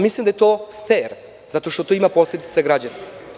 Mislim da je to fer zato što to ima posledice na građane.